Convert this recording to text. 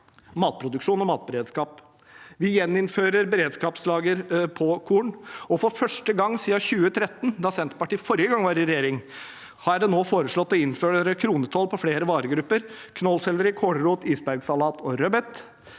matproduksjon og matberedskap. Vi gjeninnfører beredskapslager på korn, og for første gang siden 2013, da Senterpartiet forrige gang var i regjering, har en nå foreslått å innføre kronetoll på flere varegrupper – knollselleri, kålrot, isbergsalat og rødbete.